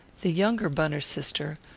the younger bunner sister,